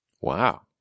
Wow